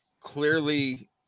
clearly